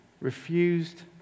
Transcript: refused